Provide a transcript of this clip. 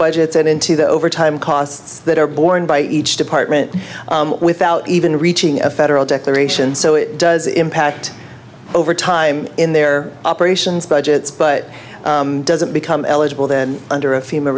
budgets and into the overtime costs that are borne by each department without even reaching a federal declaration so it does impact over time in their operations budgets but doesn't become eligible then under a female